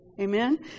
Amen